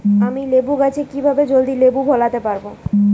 আমি লেবু গাছে কিভাবে জলদি লেবু ফলাতে পরাবো?